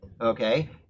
okay